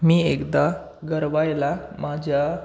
मी एकदा गरवायला माझ्या